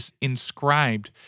inscribed